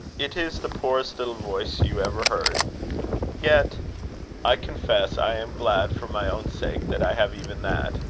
it is the poorest little voice you ever heard yet i confess i am glad, for my own sake, that i have even that.